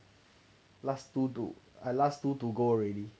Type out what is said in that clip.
last two to I last two to go already